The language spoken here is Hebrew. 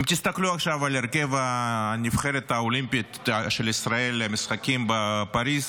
אם תסתכלו עכשיו על הרכב הנבחרת האולימפית של ישראל למשחקים בפריז,